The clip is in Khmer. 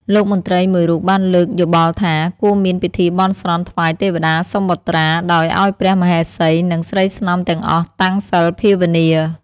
លោកមន្ត្រីមួយរូបបានលើកយោបល់ថា គួរមានពិធីបន់ស្រន់ថ្វាយទេព្តាសុំបុត្រា ដោយឱ្យព្រះមហេសី និងស្រីស្នំទាំងអស់តាំងសីលភាវនា។